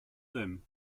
them